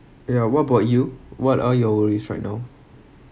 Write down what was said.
ya what about you what are your worries right now